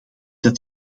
dat